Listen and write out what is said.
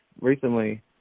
recently